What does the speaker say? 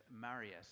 Marius